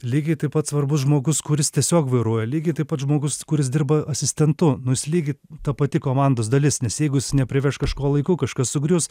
lygiai taip pat svarbus žmogus kuris tiesiog vairuoja lygiai taip pat žmogus kuris dirba asistentu nu jis lygiai ta pati komandos dalis nes jeigu jis nepriveš kažko laiku kažkas sugrius